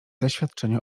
zaświadczenie